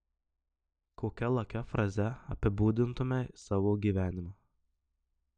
kokia lakia fraze apibūdintumei savo gyvenimą